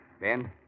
Ben